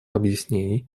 объяснений